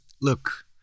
look